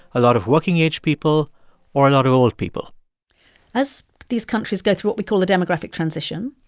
a lot of working-age people or a lot of old people as these countries go through what we call a demographic transition,